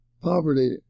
Poverty